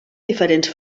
diferents